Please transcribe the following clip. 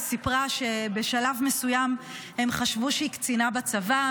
היא סיפרה שבשלב מסוים הם חשבו שהיא קצינה בצבא,